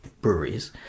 breweries